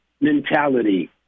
mentality